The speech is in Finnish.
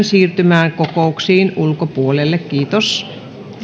siirtymään kokouksiin ulkopuolelle kiitos